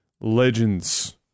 Legends